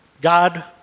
God